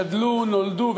שנולדו,